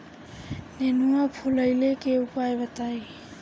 नेनुआ फुलईले के उपाय बताईं?